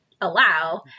allow